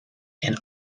and